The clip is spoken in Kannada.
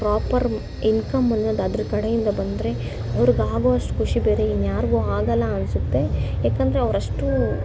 ಪ್ರಾಪರ್ ಇನ್ಕಮ್ ಅನ್ನೋದು ಅದ್ರ ಕಡೆಯಿಂದ ಬಂದರೆ ಅವ್ರಿಗಾಗೋವಷ್ಟು ಖುಷಿ ಬೇರೆ ಇನ್ಯಾರಿಗೂ ಆಗಲ್ಲ ಅನ್ಸುತ್ತೆ ಏಕೆಂದ್ರೆ ಅವರಷ್ಟು